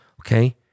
Okay